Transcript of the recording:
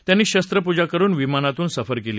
त्यांनी शस्त्रपूजा करुन या विमानातून सफर केली